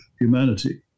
humanity